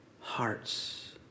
hearts